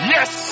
Yes